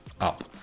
up